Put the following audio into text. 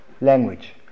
language